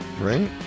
Right